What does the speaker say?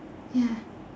ya